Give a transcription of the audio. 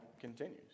continues